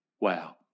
Wow